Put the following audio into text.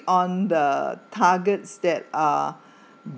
on the targets that are